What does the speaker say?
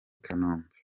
kanombe